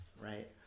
right